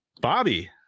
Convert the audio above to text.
Bobby